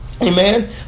Amen